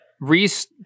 Reese